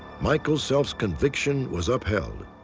michael self's conviction was upheld.